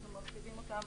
אנחנו מרחיבים אותם,